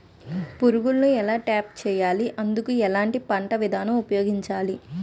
పురుగులను ఎలా ట్రాప్ చేయాలి? అందుకు ఎలాంటి పంట విధానం ఉపయోగించాలీ?